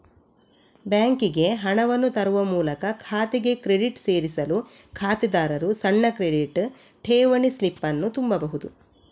ಬ್ಯಾಂಕಿಗೆ ಹಣವನ್ನು ತರುವ ಮೂಲಕ ಖಾತೆಗೆ ಕ್ರೆಡಿಟ್ ಸೇರಿಸಲು ಖಾತೆದಾರರು ಸಣ್ಣ ಕ್ರೆಡಿಟ್, ಠೇವಣಿ ಸ್ಲಿಪ್ ಅನ್ನು ತುಂಬಬಹುದು